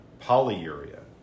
Polyuria